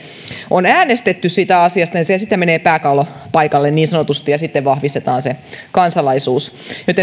on äänestetty siitä asiasta niin se sitten menee pääkallopaikalle niin sanotusti ja sitten vahvistetaan se kansalaisuus